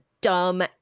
dumb